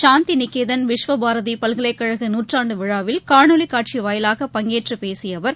சாந்திநிகேகன் விஸ்வபாரதிபல்கலைக்கழக நாற்றாண்டுவிழாவில் காணொலிகாட்சிவாயிலாக பங்கேற்றபேசியஅவர்